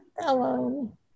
alone